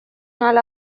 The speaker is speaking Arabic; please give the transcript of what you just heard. على